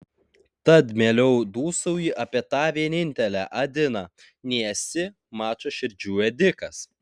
tad mieliau dūsauji apie tą vienintelę adiną nei esi mačo širdžių ėdikas